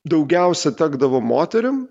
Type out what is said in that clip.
daugiausia tekdavo moterim